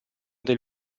del